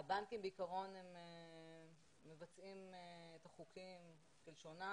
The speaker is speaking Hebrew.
הבנקים בעיקרון מבצעים את החוקים כלשונם.